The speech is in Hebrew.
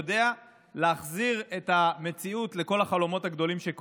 הוא יודע להחזיר את המציאות לכל החלומות הגדולים.